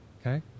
okay